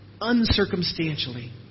uncircumstantially